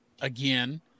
again